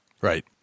right